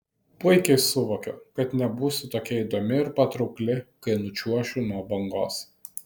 puikiai suvokiu kad nebūsiu tokia įdomi ir patraukli kai nučiuošiu nuo bangos